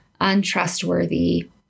untrustworthy